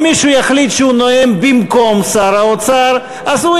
אם מישהו יחליט שהוא נואם במקום שר האוצר אז הוא